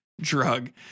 drug